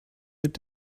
mit